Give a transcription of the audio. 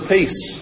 Peace